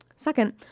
Second